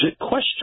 question